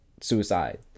suicide